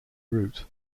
route